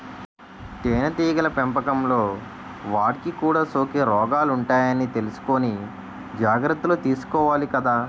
తేనెటీగల పెంపకంలో వాటికి కూడా సోకే రోగాలుంటాయని తెలుసుకుని జాగర్తలు తీసుకోవాలి కదా